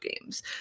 games